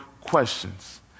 questions